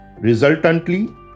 Resultantly